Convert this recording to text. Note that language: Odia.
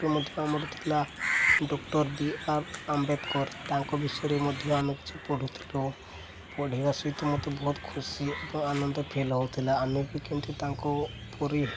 ମଧ୍ୟ ଆମର ଥିଲା ଡ଼କ୍ଟର ବି ଆର୍ ଆମ୍ବେକର ତାଙ୍କ ବିଷୟରେ ମଧ୍ୟ ଆମେ କିଛି ପଢ଼ୁଥିଲୁ ପଢ଼ିବା ସହିତ ମୋତେ ବହୁତ ଖୁସି ଏବଂ ଆନନ୍ଦ ଫିଲ୍ ହେଉଥିଲା ଆମେ ବି କିନ୍ତୁ ତାଙ୍କ ପରି